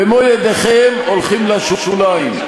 במו-ידיכם הולכים לשוליים,